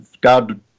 God